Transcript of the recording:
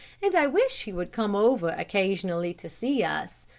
and i wish he would come over occasionally to see us.